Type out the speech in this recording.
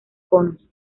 conos